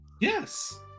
Yes